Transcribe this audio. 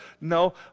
No